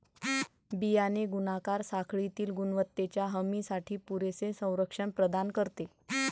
बियाणे गुणाकार साखळीतील गुणवत्तेच्या हमीसाठी पुरेसे संरक्षण प्रदान करते